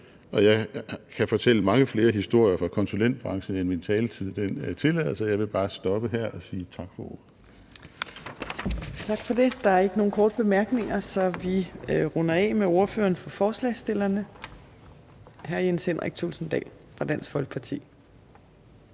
jeg kan fortælle mange flere historier fra konsulentbranchen, end min taletid tillader. Jeg vil bare stoppe her og sige tak for ordet. Kl. 18:03 Fjerde næstformand (Trine Torp): Tak for det. Der er ikke nogen korte bemærkninger, så vi runder af med ordføreren for forslagsstillerne, hr. Jens Henrik Thulesen Dahl fra Dansk Folkeparti.